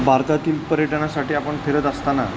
भारतातील पर्यटनासाठी आपण फिरत असताना